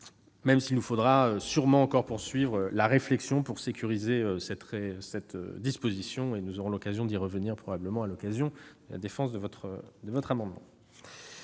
même s'il nous faudra sûrement encore poursuivre la réflexion pour sécuriser cette disposition. Nous aurons l'occasion d'y revenir à l'occasion de l'examen de votre amendement,